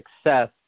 success